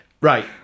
Right